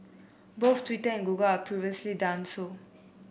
both Twitter and Google are previously done so